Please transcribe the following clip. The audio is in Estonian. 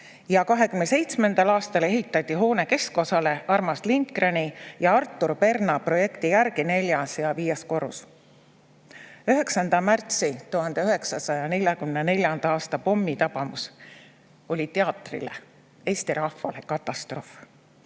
ja 1927. aastal ehitati hoone keskosale Armas Lindgreni ja Artur Perna projekti järgi neljas ja viies korrus. 1944. aasta 9. märtsi pommitabamus oli teatrile, Eesti rahvale katastroof.